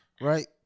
right